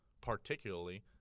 particularly